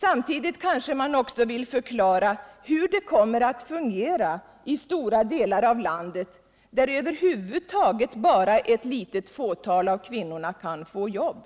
Samtidigt kanske man också vill förklara hur det kommer att fungera i stora delar av landet, där över huvud taget bara ett litet fåtal kvinnor kan få jobb.